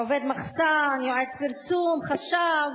עובד מחסן, יועץ פרסום, חשב,